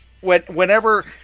whenever